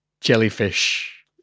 Jellyfish